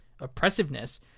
oppressiveness